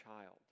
child